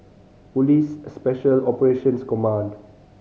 Police Special Operations Command